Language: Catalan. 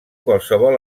qualsevol